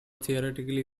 theoretically